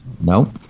no